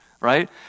right